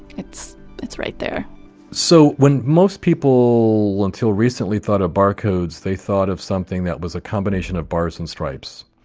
it's it's right there so when most people until recently thought of barcodes, they thought of something that was a combination of bars and stripes.